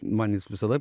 man jis visada